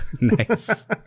Nice